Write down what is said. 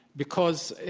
because,